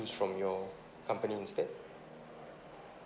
choose from your company instead